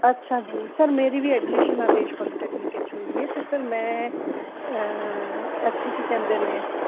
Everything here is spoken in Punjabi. ਅੱਛਾ ਜੀ ਸਰ ਮੇਰੀ ਵੀ ਐਡਮਿਸ਼ਨ ਆਦੇਸ਼ ਪੋਲੀਟੈਕਨ ਵਿੱਚ ਹੋਈ ਐ ਤੇ ਫਿਰ ਮੈਂ ਇੱਥੇ ਕੀ ਕਹਿੰਦੇ ਨੇ ਹਾਂਜੀ